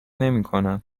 نمیکنم